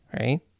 right